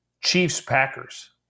Chiefs-Packers